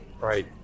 Right